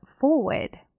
forward